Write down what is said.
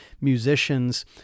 musicians